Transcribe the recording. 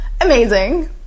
amazing